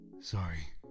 Sorry